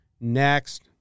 Next